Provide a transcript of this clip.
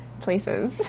places